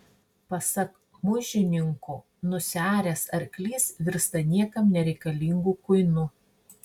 pasak muižiniko nusiaręs arklys virsta niekam nereikalingu kuinu